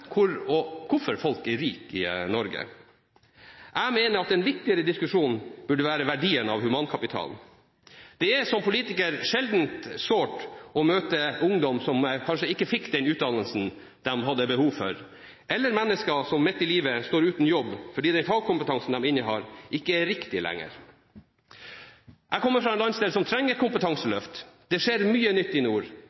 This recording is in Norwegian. hvor og hvorfor folk er rike i Norge. Jeg mener en viktigere diskusjon burde være verdien av humankapitalen. Som politiker er det sjeldent sårt å møte ungdom som kanskje ikke fikk den utdannelsen de hadde behov for, eller mennesker som midt i livet står uten jobb fordi den fagkompetansen de innehar, ikke lenger er riktig. Jeg kommer fra en landsdel som trenger